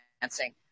dancing